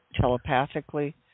telepathically